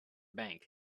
bank